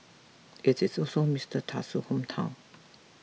it is also Mister Tusk's hometown